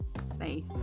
safe